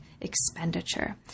expenditure